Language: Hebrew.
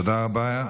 תודה רבה.